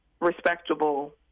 respectable